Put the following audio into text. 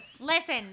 Listen